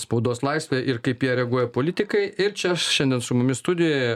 spaudos laisvė ir kaip į ją reaguoja politikai ir čia šiandien su mumis studijoje